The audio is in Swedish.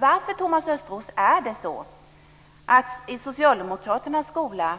Varför, Thomas Östros, är det så att det i Socialdemokraternas skola